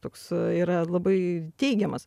toks yra labai teigiamas